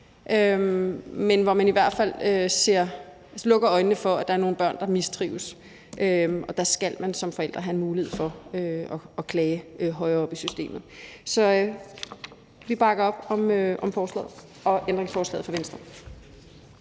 hvor man i hvert fald lukker øjnene for, at der er nogle børn, der mistrives, og der skal forældrene have en mulighed for at klage højere oppe i systemet. Så vi bakker op om forslaget og ændringsforslaget fra Venstre.